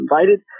invited